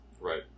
Right